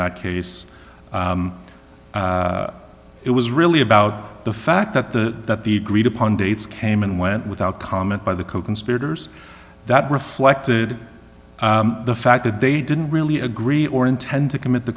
that case it was really about the fact that the that the agreed upon dates came and went without comment by the coconspirators that reflected the fact that they didn't really agree or intend to commit the